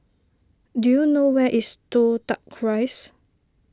do you know where is Toh Tuck Rise